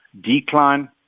decline